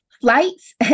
flights